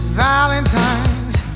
valentine's